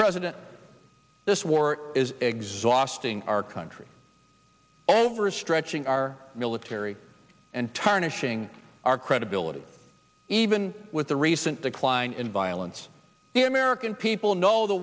president this war is exhausting our country overstretching our military and tarnishing our credibility even with the recent decline in violence the american people know the